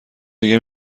دیگه